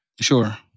Sure